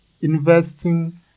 investing